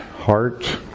heart